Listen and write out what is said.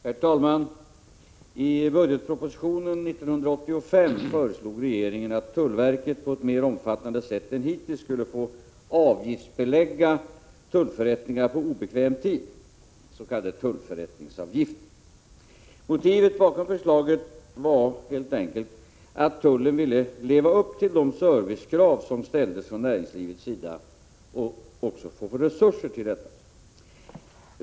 Herr talman! I budgetpropositionen 1985 föreslog regeringen att tullverket i större omfattning än hittills skulle få avgiftsbelägga tullförrättningar på obekväm tid, s.k. tullförrättningsavgifter. Motivet bakom förslaget var helt enkelt att tullverket ville leva upp till de servicekrav som ställdes från näringslivets sida och också för att få resurser för det.